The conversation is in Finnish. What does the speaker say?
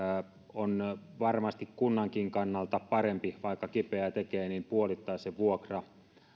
on varmasti kunnankin kannalta parempi vaikka kipeää tekee puolittaa se vuokra